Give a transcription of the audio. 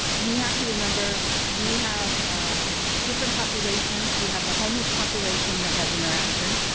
we have to remember we have ah different populations. we have the homeless population that has interaction.